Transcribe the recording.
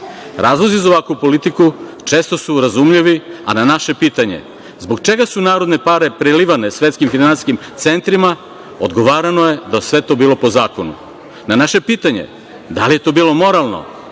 Razlozi za ovakvu politiku često su razumljivi, a na naše pitanje zbog čega su narodne pare prelivane svetskim finansijskim centrima, odgovarano je da je sve to bilo po zakonu. Na naše pitanje da li je to bilo moralno,